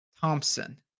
Thompson